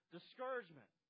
Discouragement